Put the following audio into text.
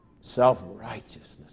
Self-righteousness